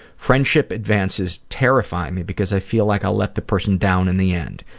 friendship advances terrify me because i feel like i'll let the person down in the end.